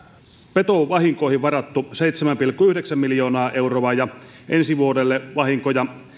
petovahinkoihin varattu seitsemän pilkku yhdeksän miljoonaa euroa ja ensi vuodelle vahinko ja